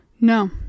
No